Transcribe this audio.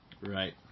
right